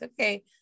okay